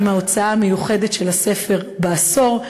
עם ההוצאה המיוחדת של הספר לאחר עשור,